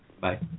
bye